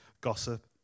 gossip